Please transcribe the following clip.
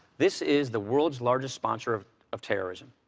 this is the world's largest sponsor of of terrorism.